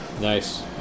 Nice